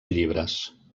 llibres